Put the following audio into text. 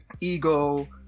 ego